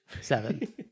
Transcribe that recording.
Seven